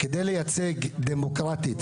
כדי לייצג דמוקרטי,